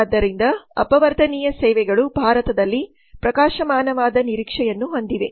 ಆದ್ದರಿಂದ ಅಪವರ್ತನೀಯ ಸೇವೆಗಳು ಭಾರತದಲ್ಲಿ ಪ್ರಕಾಶಮಾನವಾದ ನಿರೀಕ್ಷೆಯನ್ನು ಹೊಂದಿವೆ